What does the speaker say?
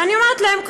ואני אומרת להם,